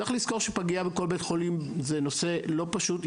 צריך לזכור שפגייה בכל בית חולים זה נושא לא פשוט.